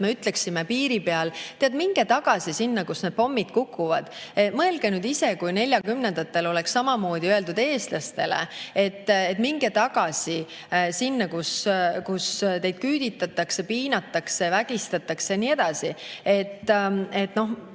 me ütleksime piiri peal: "Teate, minge tagasi sinna, kus need pommid kukuvad!" Mõelge nüüd ise, kui 1940‑ndatel oleks samamoodi öeldud eestlastele, et minge tagasi sinna, kus teid küüditatakse, piinatakse, vägistatakse ja nii edasi.